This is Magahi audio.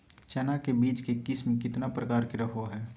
चना के बीज के किस्म कितना प्रकार के रहो हय?